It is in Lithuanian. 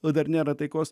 o dar nėra taikos